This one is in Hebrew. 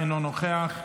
אינו נוכח.